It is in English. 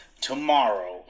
tomorrow